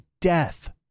death